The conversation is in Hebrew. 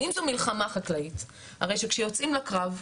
ואם זו מלחמה חקלאית הרי שכשיוצאים לקרב,